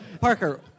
Parker